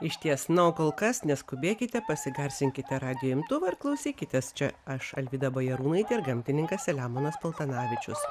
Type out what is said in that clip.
išties na o kol kas neskubėkite pasigarsinkite radijo imtuvą ir klausykitės čia aš alvyda bajarūnaitė ir gamtininkas selemonas paltanavičius